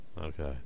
okay